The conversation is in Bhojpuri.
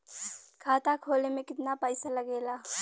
खाता खोले में कितना पईसा लगेला?